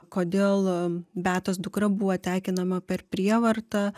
kodėl beatos dukra buvo tekinama per prievartą